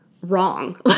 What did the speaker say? wrong